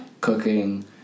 cooking